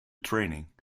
training